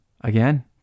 again